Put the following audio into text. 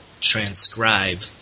transcribe